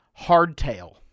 Hardtail